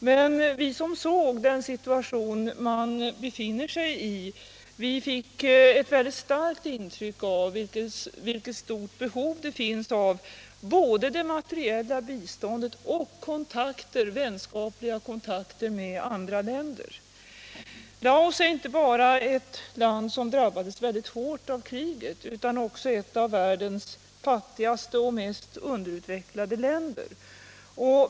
Men vi som såg den situation landet befinner sig i fick ett väldigt starkt intryck av vilket stort behov det finns av både materiellt bistånd och vänskapliga kontakter med andra länder. Laos är inte bara ett land som drabbades väldigt hårt av kriget utan också ett av världens fattigaste och mest underutvecklade länder.